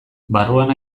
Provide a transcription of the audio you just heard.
barruan